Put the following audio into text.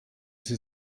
sie